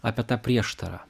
apie tą prieštarą